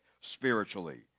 spiritually